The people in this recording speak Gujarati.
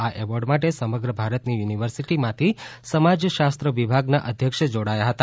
આ એવોર્ડ માટે સમગ્ર ભારતની યુનિવર્સિટીમાંથી સમાજશાસ્ત્ર વિભાગના અધ્યક્ષ જોડાયા હતા